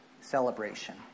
celebration